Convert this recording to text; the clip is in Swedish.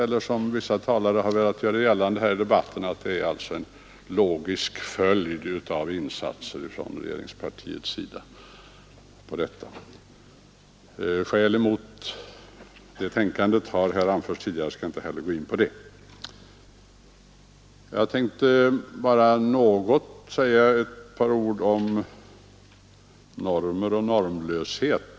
Vissa talare i debatten här har velat göra gällande att det är en logisk följd av insatserna från regeringspartiets sida. Skälen mot detta tänkande har anförts här tidigare så jag skall inte gå in på det. Jag tänkte bara säga ett par ord om normer och normlöshet.